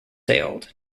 sailed